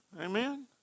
Amen